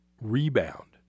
rebound